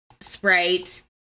Sprite